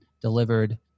delivered